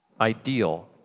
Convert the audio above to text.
ideal